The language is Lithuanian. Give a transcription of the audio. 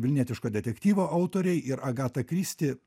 vilnietiško detektyvo autoriai ir agata kristi